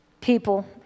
people